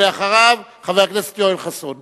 חבר הכנסת יואל חסון.